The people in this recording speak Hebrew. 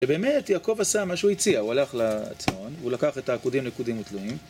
שבאמת יעקב עשה מה שהוא הציע, הוא הלך לציון, הוא לקח את העקודים נקודים ותלויים